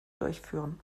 durchführen